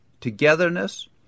togetherness